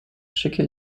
schicke